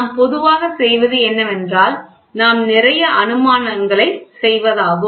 நாம் பொதுவாக செய்வது என்னவென்றால் நாம் நிறைய அனுமானங்களைச் செய்வதாகும்